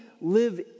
live